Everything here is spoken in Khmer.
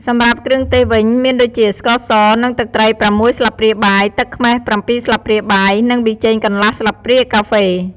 សម្រាប់គ្រឿងទេសវិញ មានដូចជា ស្ករស និង ទឹកត្រី៦ស្លាបព្រាបាយ ទឹកខ្មេះ៧ស្លាបព្រាបាយ និងប៊ីចេងកន្លះស្លាបព្រាកាហ្វេ។